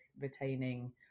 retaining